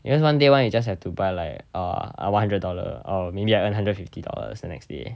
because one day one you just have to buy like err one hundred dollar oh maybe I earn hundred fifty dollars the next day